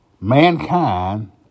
mankind